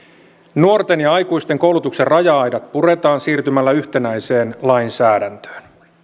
nuorten ja aikuisten koulutuksen raja aidat puretaan siirtymällä yhtenäiseen lainsäädäntöön